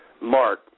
Mark